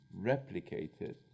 replicated